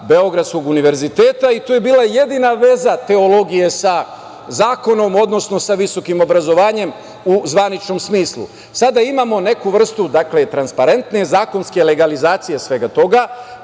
Beogradskog univerziteta i to je bila jedina veza teologije sa zakonom, odnosno sa visokim obrazovanjem u zvaničnom smislu. Sada imamo neku vrstu transparentne zakonske legalizacije svega toga.